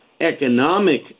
economic